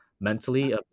mentally